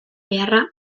beharra